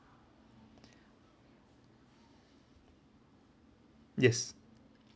yes